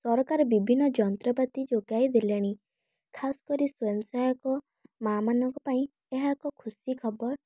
ସରକାର ବିଭିନ୍ନ ଯନ୍ତ୍ରପାତି ଯୋଗାଇ ଦେଲେଣି ଖାସ କରି ସ୍ୱୟଂ ସହାୟକ ମା' ମାନଙ୍କ ପାଇଁ ଏହା ଏକ ଖୁସି ଖବର